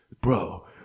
bro